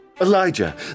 Elijah